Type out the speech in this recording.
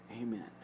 Amen